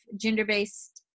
gender-based